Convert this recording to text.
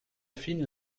fine